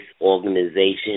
organization